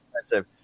expensive